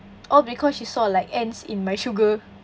oh because she saw like ants in my sugar